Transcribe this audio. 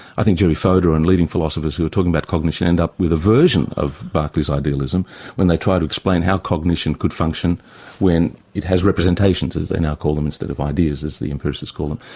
i think gerry fodor and leading philosophers who are talking about cognition end up with a version of berkeley's idealism when they try to explain how cognition could function when it has representations, as they now call them, instead of ideas as the empiricists call them,